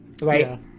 right